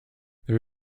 there